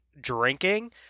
drinking